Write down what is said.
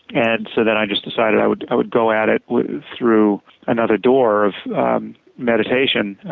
and so then i just decided i would i would go at it through another door of meditation.